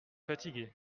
fatigué